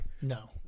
No